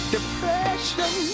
Depression